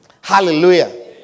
Hallelujah